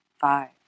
Five